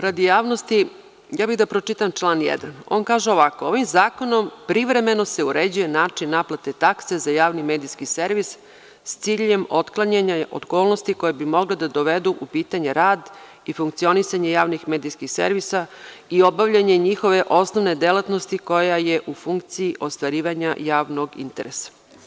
Radi javnosti, ja bih da pročitam član 1. On kaže ovako: „Ovim zakonom privremeno se uređuje način naplate takse za javni medijski servis, s ciljem otklanjanja okolnosti koje bi mogle da dovedu u pitanju rad i funkcionisanje javnih medijskih servisa i obavljanje njihove osnovne delatnosti koja je u funkciji ostvarivanja javnog interesa“